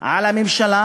על הממשלה